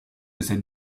cette